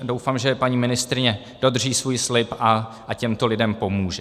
Doufám, že paní ministryně dodrží svůj slib a těmto lidem pomůže.